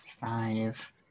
five